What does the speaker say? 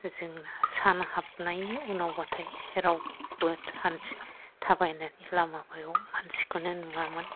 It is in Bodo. जोंना सान हाबनायनि उनावबाथाय रावबो हान्थि थाबायनानै लामायाव मानसिखौनो नुवामोन